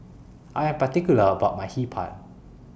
I Am particular about My Hee Pan